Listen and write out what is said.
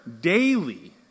daily